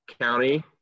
county